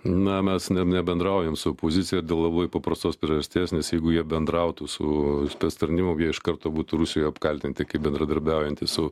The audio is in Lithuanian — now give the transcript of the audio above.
na mes ne nebendraujam su opozicija dėl labai paprastos priežasties nes jeigu jie bendrautų su spec tarnybom jie iš karto būtų rusijoj apkaltinti kaip bendradarbiaujantys su